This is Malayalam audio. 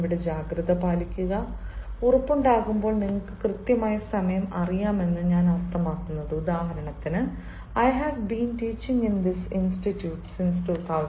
അതിനാൽ ഇവിടെ ജാഗ്രത പാലിക്കുക ഉറപ്പുണ്ടാകുമ്പോൾ നിങ്ങൾക്ക് കൃത്യമായ സമയം അറിയാമെന്നാണ് ഞാൻ അർത്ഥമാക്കുന്നത് ഉദാഹരണത്തിന് I have been teaching in this institute since 2007